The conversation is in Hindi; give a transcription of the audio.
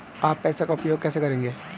आप पैसे का उपयोग कैसे करेंगे?